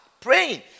praying